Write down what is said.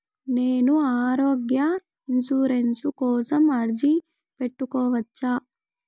నేను ఆరోగ్య ఇన్సూరెన్సు కోసం అర్జీ పెట్టుకోవచ్చా?